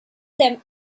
them